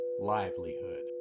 livelihood